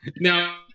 Now